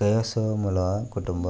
కేస్లోమాలో కుటుంబం